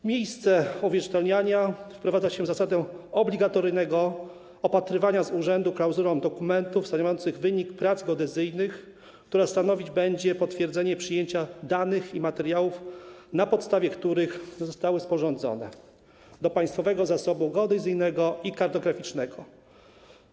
W miejsce uwierzytelniania wprowadza się zasadę obligatoryjnego opatrywania z urzędu klauzulą dokumentów stanowiących wyniki prac geodezyjnych, która stanowić będzie potwierdzenie przyjęcia danych i materiałów, na podstawie których zostały sporządzone, do Państwowego Zasobu Geodezyjnego i Kartograficznego.